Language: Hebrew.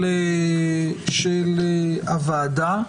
של הוועדה,